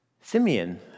Simeon